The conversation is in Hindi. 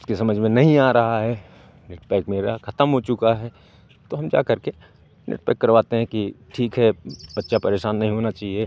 उसके समझ में नहीं आ रहा है नेट पैक मेरा खतम हो चुका है तो हम जाकर के नेट पैक करवाते हैं कि ठीक है बच्चा परेशान नहीं होना चाहिए